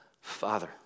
Father